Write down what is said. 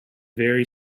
very